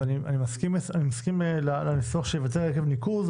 אני מסכים לניסוח: ייווצר עקב ניקוז,